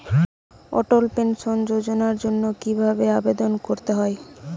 অটল pension যোজনার জন্য কি ভাবে আবেদন করতে হয়?